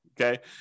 Okay